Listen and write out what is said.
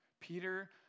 Peter